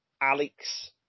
Alex